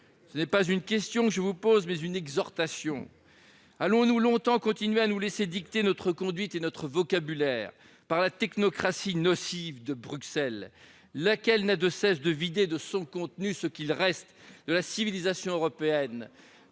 c'est une exhortation que je vous adresse. Allons-nous longtemps continuer à nous laisser dicter notre conduite et notre vocabulaire par la technostructure nocive de Bruxelles, laquelle n'a de cesse de vider de son contenu ce qu'il reste de la civilisation européenne,